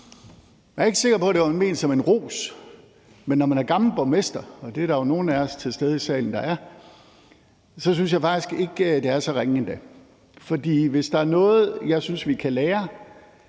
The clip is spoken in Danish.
Jeg er ikke sikker på, at det var ment som en ros. Men når man er gammel borgmester, og det er der jo nogle af os, der er til stede i salen, som er, så synes jeg faktisk ikke, at det er så ringe endda. For hvis der er noget, jeg synes at vi